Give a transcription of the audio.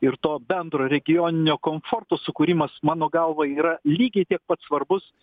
ir to bendro regioninio komforto sukūrimas mano galva yra lygiai tiek pat svarbus